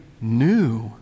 new